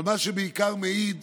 אבל מה שבעיקר מעיד